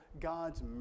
God's